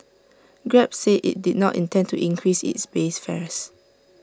grab said IT did not intend to increase its base fares